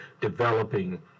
developing